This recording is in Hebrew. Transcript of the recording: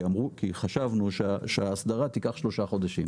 כי חשבנו שההדרה תיקח שלושה חודשים.